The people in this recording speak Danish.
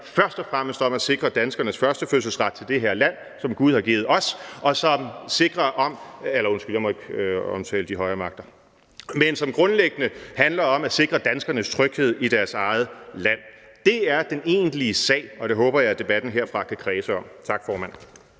først og fremmest handler om at sikre danskernes førstefødselsret til det her land, som Gud har givet os – undskyld, jeg må ikke omtale de højere magter – men som grundlæggende handler om at sikre danskernes tryghed i deres eget land. Det er den egentlige sag, og det håber jeg debatten herfra kan kredse om. Tak, formand.